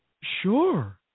sure